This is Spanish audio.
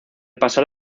pasar